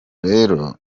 rero